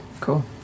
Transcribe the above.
Cool